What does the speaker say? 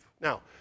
Now